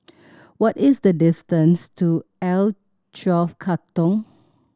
what is the distance to L Twelve Katong